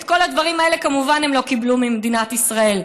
את כל הדברים האלה כמובן הם לא קיבלו ממדינת ישראל.